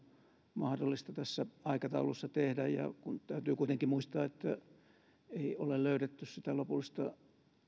mahdollista tässä aikataulussa tehdä kun täytyy kuitenkin muistaa että ei ole löydetty sitä lopullista